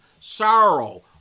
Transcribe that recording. sorrow